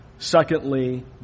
Secondly